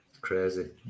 crazy